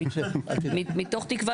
מתוך תקווה